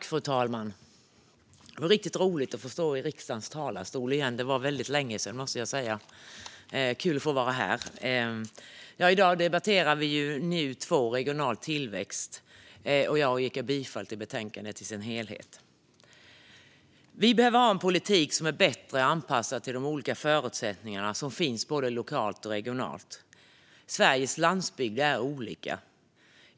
Fru talman! Det är riktigt roligt att få stå i riksdagens talarstol igen. Det var väldigt länge sedan. Det är kul att få vara här. I dag debatterar vi NU2 Utgiftsområde 19 Regional utveckling . Jag yrkar bifall till utskottets förslag i betänkandet i dess helhet. Vi behöver ha en politik som är bättre anpassad till de olika förutsättningar som finns både lokalt och regionalt. Sveriges landsbygder är olika.